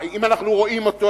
אם אנחנו רואים אותו,